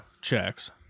checks